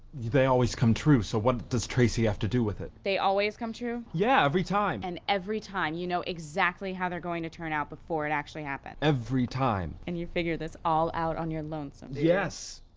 they always come true so what does tracey have to do with it? they always come true? yeah, every time. yeah and every time you know exactly how they're going to turn out, before it actually happens. every time and you figured this all out on your lonesome? yes.